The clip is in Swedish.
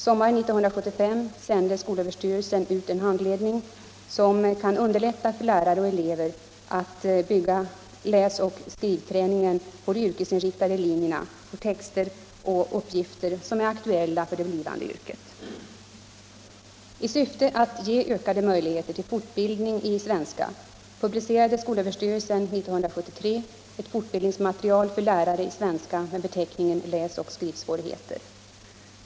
Sommaren 1975 sände skolöverstyrelsen ut en handledning som kan underlätta för lärare och elever att bygga läsoch skrivträningen vid de yrkesinriktade linjerna på texter och uppgifter som är aktuella för det blivande yrket. I syfte att ge ökade möjligheter till fortbildning i svenska publicerade skolöverstyrelsen 1973 ett fortbildningsmaterial för lärare i svenska med beteckningen Läsoch skrivsvårigheter.